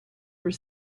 were